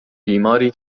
بیماری